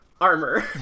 armor